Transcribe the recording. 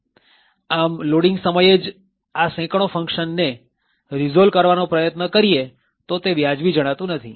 આમ લોડિંગ સમયે જ આ સેંકડો ફંકશન ને રીઝોલ્વ કરવાનો પ્રયત્ન કરીએ તો તે વ્યાજબી જણાતું નથી